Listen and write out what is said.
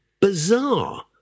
bizarre